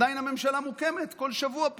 ועדיין הממשלה מוקמת פה בכל שבוע,